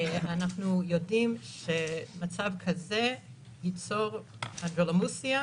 אנחנו יודעים שמצב כזה ייצור אנדרלמוסיה,